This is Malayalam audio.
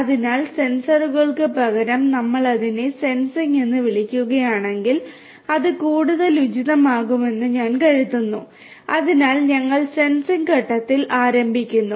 അതിനാൽ സെൻസറുകൾക്ക് പകരം നമ്മൾ അതിനെ സെൻസിംഗ് എന്ന് വിളിക്കുകയാണെങ്കിൽ അത് കൂടുതൽ ഉചിതമാകുമെന്ന് ഞാൻ കരുതുന്നു അതിനാൽ ഞങ്ങൾ സെൻസിംഗ് ഘട്ടത്തിൽ ആരംഭിക്കുന്നു